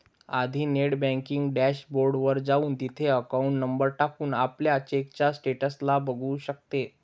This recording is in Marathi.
आधी नेट बँकिंग डॅश बोर्ड वर जाऊन, तिथे अकाउंट नंबर टाकून, आपल्या चेकच्या स्टेटस ला बघू शकतो